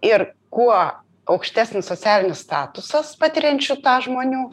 ir kuo aukštesnis socialinis statusas patiriančių žmonių